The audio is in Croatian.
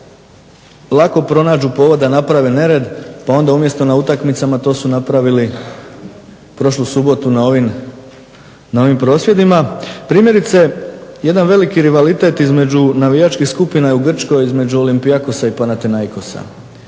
lako pronađu povod da naprave nered, pa onda umjesto na utakmicama to su napravili prošlu subotu na ovim prosvjedima. Primjerice jedan veliki rivalitet između navijačkih skupina je u Grčkoj između Olympiakosa i Panathinaikosa,